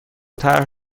طرح